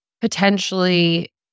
potentially